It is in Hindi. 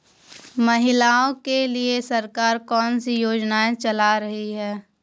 महिलाओं के लिए सरकार कौन सी योजनाएं चला रही है?